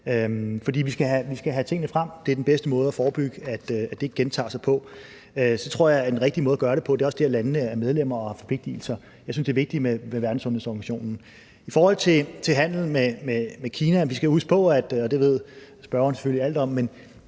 vi skal have tingene frem. Det er den bedste måde til at forebygge, at det gentager sig. Så tror jeg også, at en rigtig måde at gøre det på er, at landene er medlemmer og har forpligtigelser. Jeg synes, det er vigtigt med Verdenssundhedsorganisationen. I forhold til handel med Kina skal vi huske på, at vi jo – og det ved spørgeren selvfølgelig alt om